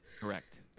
Correct